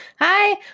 Hi